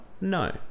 No